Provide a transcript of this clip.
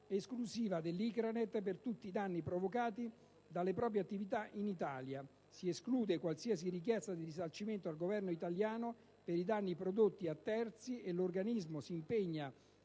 esclusiva dell'ICRANET per tutti i danni provocati dalle proprie attività in Italia. Si esclude qualsiasi richiesta di risarcimento al Governo italiano per i danni prodotti a terzi, e l'organismo si impegna